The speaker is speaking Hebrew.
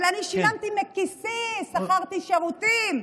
אבל אני שילמתי מכיסי, שכרתי שירותים.